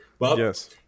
Yes